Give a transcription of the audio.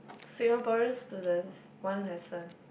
Singaporean students one lesson